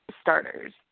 starters